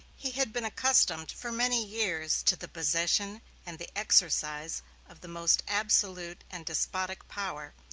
he had been accustomed, for many years, to the possession and the exercise of the most absolute and despotic power,